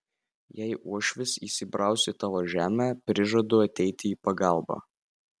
jei uošvis įsibraus į tavo žemę prižadu ateiti į pagalbą